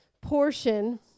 portion